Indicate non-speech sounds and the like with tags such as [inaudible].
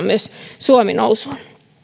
[unintelligible] myös suomi nousuun